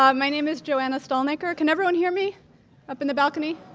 um my name is joanna stalnaker. can everyone hear me up in the balcony?